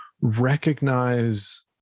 recognize